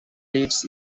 leads